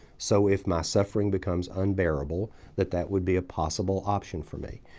so if my suffering becomes unbearable that that would be a possible option for me.